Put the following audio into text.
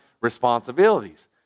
responsibilities